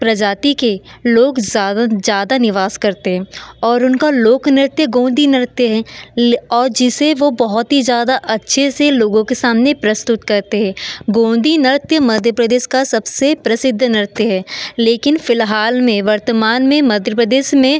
प्रजाति के लोग ज़्यादा निवास करते हैं और उनका लोक नृत्य गोंदी नृत्य है और जिसे वह बहुत ही ज़्यादा अच्छे से लोगों के सामने प्रस्तुत करते है गोंदी नृत्य मध्य प्रदेश का सबसे प्रसिद्ध नृत्य है लेकिन फ़िलहाल में वर्तमान में मध्य प्रदेश में